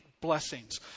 blessings